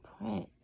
print